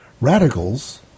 Radicals